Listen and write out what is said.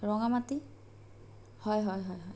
ৰঙামাটি হয় হয় হয় হয়